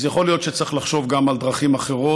אז יכול להיות שצריך לחשוב גם על דרכים אחרות.